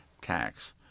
tax